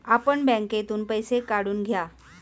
आपण बँकेतून पैसे काढून घ्या